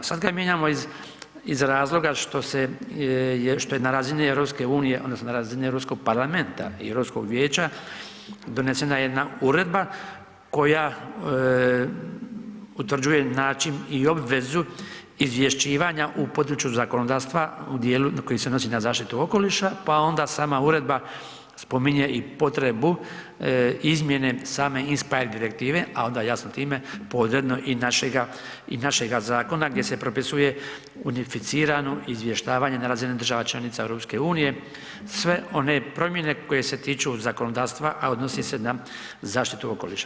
Sada ga mijenjamo iz razloga što je na razini EU odnosno na razini Europskog parlamenta i Europskog vijeća donesena jedna uredba koja utvrđuje način i obvezu izvješćivanja u području zakonodavstva u dijelu koji se odnosi na zaštitu okoliša pa onda sama uredba spominje i potrebu izmjene same INSPIRE direktive, a onda jasno time podredno i našega zakona gdje se propisuje unificirano izvještavanje na razini država članica EU sve one promjene koje se tiču zakonodavstva, a odnosi se na zaštitu okoliša.